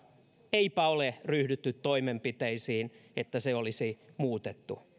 eipä ole ryhdytty toimenpiteisiin että se olisi muutettu